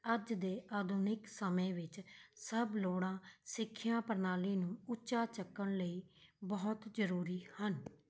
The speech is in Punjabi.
ਅੱਜ ਦੇ ਆਧੁਨਿਕ ਸਮੇਂ ਵਿੱਚ ਸਭ ਲੋੜਾਂ ਸਿੱਖਿਆ ਪ੍ਰਣਾਲੀ ਨੂੰ ਉੱਚਾ ਚੱਕਣ ਲਈ ਬਹੁਤ ਜ਼ਰੂਰੀ ਹਨ